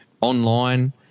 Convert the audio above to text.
online